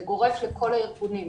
זה גורף לכל הארגונים.